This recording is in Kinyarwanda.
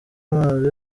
amazi